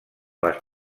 les